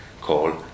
call